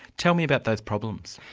tell me about those problems.